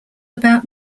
about